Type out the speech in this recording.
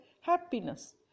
happiness